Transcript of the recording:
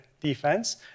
defense